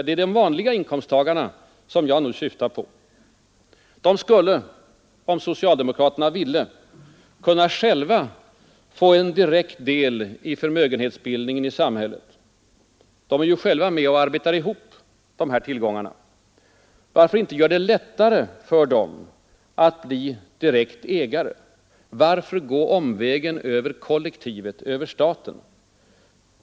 Det är de vanliga inkomsttagarna som jag nu syftar på. De skulle, om socialdemokraterna ville det, kunna själva få en direkt del i förmögenhetsbildningen i samhället. De är ju själva med och arbetar ihop dessa tillgångar. Varför inte göra det lättare för dem att bli direkta ägare? Varför gå omvägen över kollektivet, över staten?